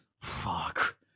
fuck